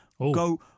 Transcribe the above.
go